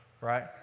right